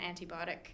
antibiotic